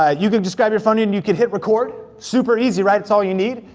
ah you could just grab your phone and you could hit record, super easy, right, that's all you need?